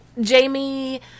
Jamie